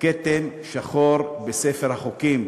כתם שחור בספר החוקים.